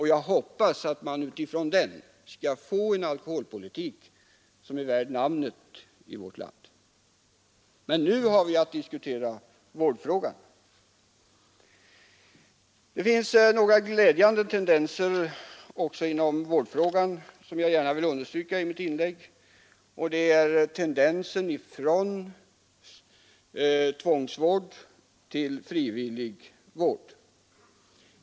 Jag hoppas att vi genom den skall få en alkoholpolitik som är värd namnet i vårt land. Men nu har vi att diskutera vårdfrågan. Det finns också några glädjande tendenser på vårdsidan som jag gärna vill understryka i mitt inlägg, bl.a. tendensen till övergång från tvångsvård till frivillig vård.